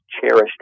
cherished